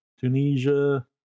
Tunisia